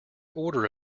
order